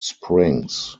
springs